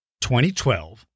2012